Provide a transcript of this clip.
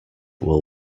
will